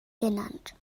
genannt